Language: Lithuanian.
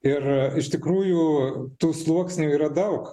ir iš tikrųjų tų sluoksnių yra daug